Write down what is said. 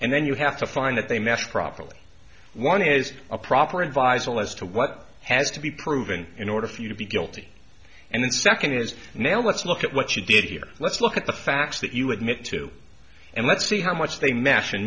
and then you have to find that they mask properly one is a proper advisor as to what has to be proven in order for you to be guilty and the second is now let's look at what you did here let's look at the facts that you admit to and let's see how much they mesh and